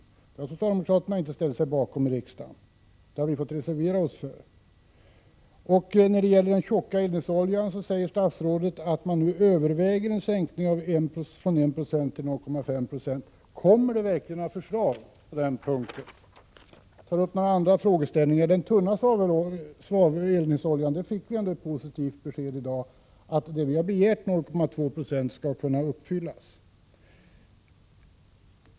Det förslaget har socialdemokraterna inte ställt sig bakom i riksdagen, utan vi har fått reservera oss för det. Om den tjocka eldningsoljan säger statsrådet att en sänkning övervägs från 1,5 till 0,5 96. Kommer det verkligen förslag på den punkten? Vi fick i dag ett positivt besked om den tunna eldningsoljan, nämligen att kravet på en minskning av svavelhalten till 0,2 7, som folkpartiet har begärt, skall uppfyllas.